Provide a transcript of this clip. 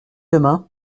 demain